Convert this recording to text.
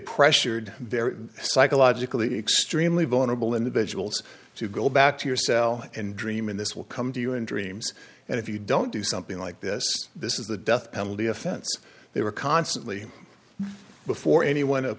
pressured their psychologically extremely vulnerable individuals to go back to your cell and dream and this will come to you in dreams and if you don't do something like this this is a death penalty offense they were constantly before anyone